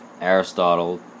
Aristotle